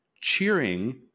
cheering